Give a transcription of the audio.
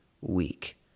week